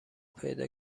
پیدا